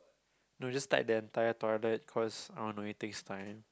no you just type that entire toilet 'cause I on the way takes time